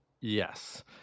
Yes